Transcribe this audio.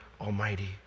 Almighty